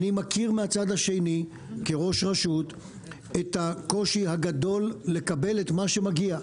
אני מכיר מהצד השני כראש רשות את הקושי הגדול לקבל את מה שמגיע,